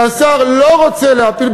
והשר לא רוצה להפיל,